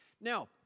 Now